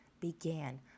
began